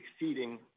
exceeding